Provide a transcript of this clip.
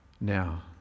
Now